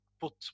put